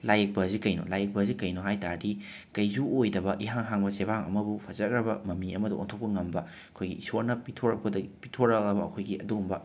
ꯂꯥꯏ ꯌꯦꯛꯄ ꯑꯁꯤ ꯀꯩꯅꯣ ꯂꯥꯏ ꯌꯦꯛꯄ ꯑꯁꯤ ꯀꯩꯅꯣ ꯍꯥꯏ ꯇꯥꯔꯗꯤ ꯀꯩꯁꯨ ꯑꯣꯏꯗꯕ ꯏꯍꯥꯡ ꯍꯥꯡꯕ ꯆꯦꯕꯥꯡ ꯑꯃꯕꯨ ꯐꯖꯈ꯭ꯔꯕ ꯃꯃꯤ ꯑꯃꯗ ꯑꯣꯟꯊꯣꯛꯄ ꯉꯝꯕ ꯑꯩꯈꯣꯏꯒꯤ ꯏꯁꯣꯔꯅ ꯄꯤꯊꯣꯔꯛꯄꯗꯩ ꯄꯤꯊꯣꯔꯛꯑꯕ ꯑꯩꯈꯣꯏꯒꯤ ꯑꯗꯨꯒꯨꯝꯕ